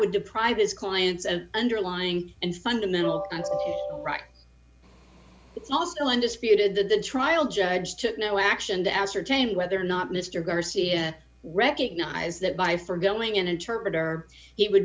would deprive his clients of underlying and fundamental right it's also undisputed that the trial judge took no action to ascertain whether or not mr garcia recognize that by from going in interpreter he would